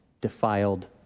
defiled